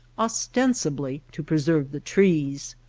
ostensibly to preserve the trees,